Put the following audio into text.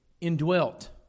indwelt